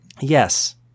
Yes